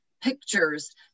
pictures